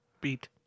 Beat